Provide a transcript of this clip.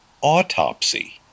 Autopsy